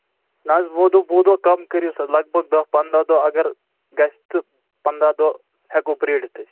نہ حظ وُہ دۄہ وُہ دۄہ کَم کٔرۍوُس حظ لگ بگ دَہ پنٛداہ دۄہ اَگر گژھِ تہٕ پنٛداہ دۄہ ہٮ۪کَو پرٛٲرِتھ أسۍ